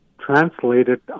translated